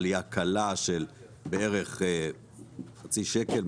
עלייה קלה של בערך חצי שקל,